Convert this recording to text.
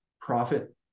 profit